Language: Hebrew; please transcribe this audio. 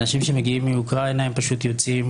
האנשים שמגיעים מאוקראינה הם פשוט יוצאים